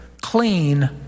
clean